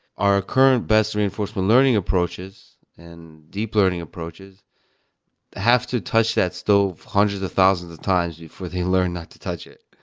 our current best reinforcement learning approaches and deep learning approaches have to touch that stove hundreds of thousands of times before they learn not to touch it.